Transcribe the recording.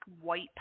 white